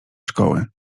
szkoły